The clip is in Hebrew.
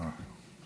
אה.